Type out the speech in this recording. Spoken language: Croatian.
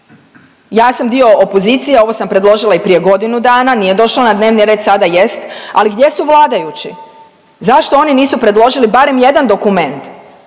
Ja sam dio opozicije, a ovo sam predložila i prije godinu dana, nije došao na dnevni red, sada jest. Ali gdje su vladajući, zašto oni nisu predložili barem jedan dokument,